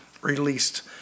released